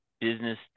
business